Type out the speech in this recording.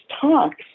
talks